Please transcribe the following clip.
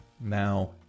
Now